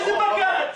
איזה בג"ץ?